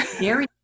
Gary